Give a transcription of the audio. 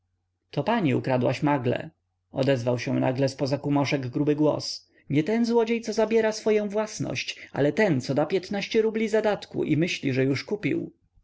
to pani ukradłaś magle odezwał się z poza kumoszek gruby głos nie ten złodziej co zabiera swoję własność ale ten co da piętnaście rubli zadatku i myśli że już kupił